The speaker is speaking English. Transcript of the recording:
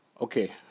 Okay